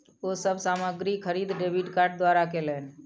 ओ सब सामग्री खरीद डेबिट कार्ड द्वारा कयलैन